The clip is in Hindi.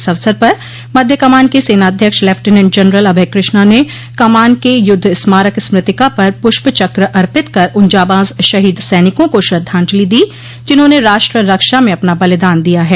इस अवसर पर मध्य कमान के सेनाध्यक्ष लेपिटनेंट जनरल अभय कृष्णा ने कमान के युद्ध स्मारक स्मृतिका पर पुष्प चक्र अर्पित कर उन जाबांज शहीद सनिकों को श्रद्वाजंलि दी जिन्होंने राष्ट्र रक्षा में अपना बलिदान दिया है